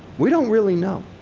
we don't' really know.